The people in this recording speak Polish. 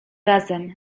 razem